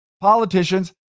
politicians